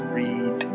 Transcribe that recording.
read